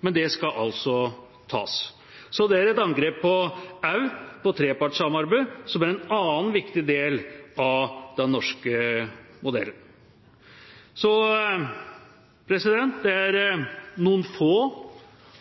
Men det skal altså tas. Det er et angrep også på trepartssamarbeidet, som er en annen viktig del av den norske modellen. Det er noen få